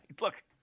Look